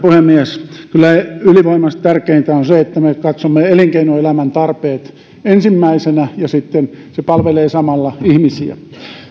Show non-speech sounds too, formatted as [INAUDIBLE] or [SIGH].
[UNINTELLIGIBLE] puhemies kyllä ylivoimaisesti tärkeintä on se että me katsomme elinkeinoelämän tarpeet ensimmäisenä ja sitten se palvelee samalla ihmisiä